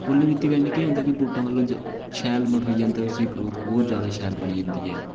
पुल्ली मि'ट्टी कन्नै के होंदां कि बूह्टा मतलब शैल मठोई जंदा ते उसदी ग्रोथ और ज्यादा शैल बनी जंदी ऐ